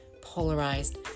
polarized